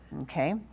Okay